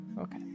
okay